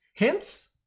Hence